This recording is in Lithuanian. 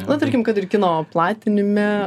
na tarkim kad ir kino platinime